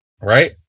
right